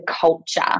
culture